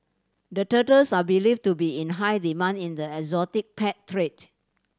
the turtles are believed to be in high demand in the exotic pet trade